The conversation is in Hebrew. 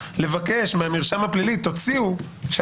לבקש מהמרשם הפלילי: תוציאו מהמידע המשטרתי,